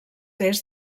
est